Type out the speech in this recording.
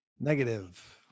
Negative